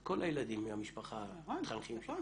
כל הילדים מהמשפחה מתחנכים שם